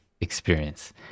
experience